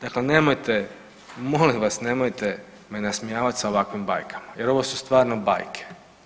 Dakle, nemojte, molim vas, nemojte me nasmijavati sa ovakvim bajkama jer ovo su stvarno bajke.